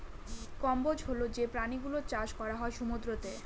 কম্বোজ হল যে প্রাণী গুলোর চাষ করা হয় সমুদ্রতে